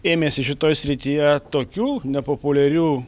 ėmėsi šitoj srityje tokių nepopuliarių